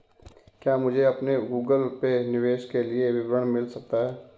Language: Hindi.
क्या मुझे अपने गूगल पे निवेश के लिए विवरण मिल सकता है?